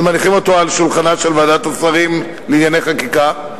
אז מניחים אותו על שולחנה של ועדת השרים לענייני חקיקה.